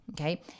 okay